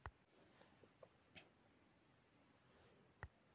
भारत में सबसे अधिक कपास गुजरात औउर महाराष्ट्र में उगावल जा हई